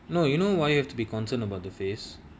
no you know why you have to be concerned about the face